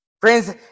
Friends